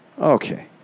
okay